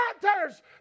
doctors